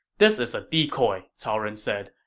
this is a decoy, cao ren said.